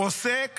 עוסק